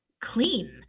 clean